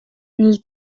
nel